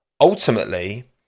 Ultimately